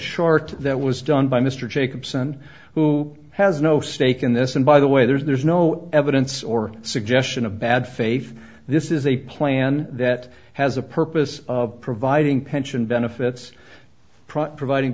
short that was done by mr jacobson who has no stake in this and by the way there's no evidence or suggestion of bad faith this is a plan that has a purpose of providing pension benefits providing